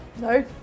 No